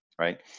right